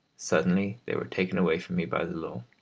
suddenly they were taken away from me by the law.